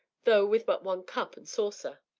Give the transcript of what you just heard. though with but one cup and saucer.